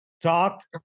talked